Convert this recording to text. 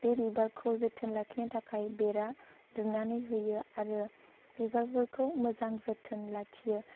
बे बिबारखौ जोथोन लाखिनो थाखाय बेरा दुमनानै होयो आरो बिबारफोरखौ मोजां जोथोन लाखियो